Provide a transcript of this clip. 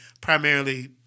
primarily